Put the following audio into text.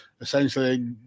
Essentially